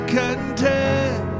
content